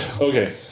Okay